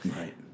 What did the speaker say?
Right